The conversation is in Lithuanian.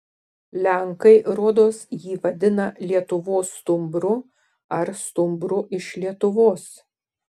lenkai rodos jį vadina lietuvos stumbru ar stumbru iš lietuvos